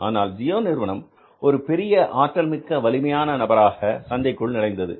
ஆனால் ஜியோ நிறுவனம் ஒரு பெரிய ஆற்றல்மிக்க வலிமையான நபராக சந்தைக்குள் நுழைந்தது